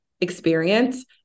experience